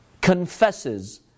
confesses